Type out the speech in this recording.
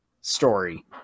story